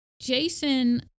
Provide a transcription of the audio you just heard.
Jason